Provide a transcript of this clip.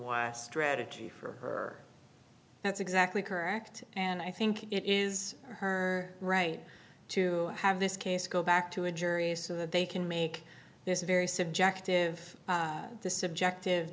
why strategy for her that's exactly correct and i think it is her right to have this case go back to a jury so that they can make this very subjective the subjective